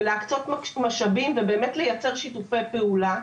להקצות משאבים ולייצר שיתופי פעולה.